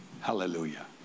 hallelujah